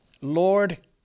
Lord